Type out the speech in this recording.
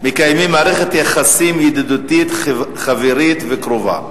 מקיימים מערכת יחסים ידידותית חברית וקרובה,